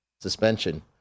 suspension